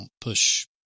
push